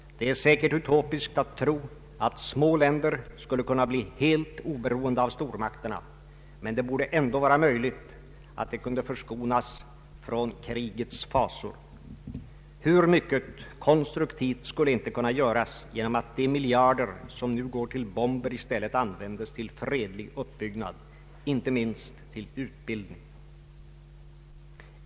Det är säkert utopiskt att tro att små länder skulle kunna bli helt oberoende av stormakterna, men det borde ändå vara möjligt att de förskonades från krigets fasor. Hur mycket konstruktivt skulle inte kunna göras genom att de miljarder som nu går till bomber i stället används till fredlig uppbyggnad, inte minst till utbildning.